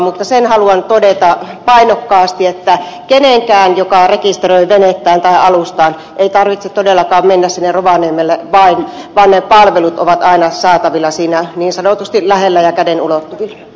mutta sen haluan todeta painokkaasti että kenenkään venettään tai alustaan rekisteröivän ei tarvitse todellakaan mennä sinne rovaniemelle vaan ne palvelut ovat aina saatavilla siinä niin sanotusti lähellä ja käden ulottuvilla